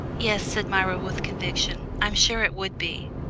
yes, said myra with conviction, i'm sure it would be.